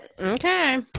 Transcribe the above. Okay